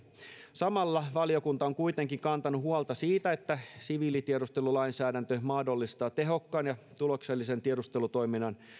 samalla valiokunta on kuitenkin kantanut huolta siitä että siviilitiedustelulainsäädäntö mahdollistaa tehokkaan ja tuloksellisen tiedustelutoiminnan